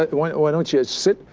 ah why why don't you sit.